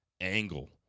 Angle